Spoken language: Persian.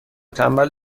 تنبل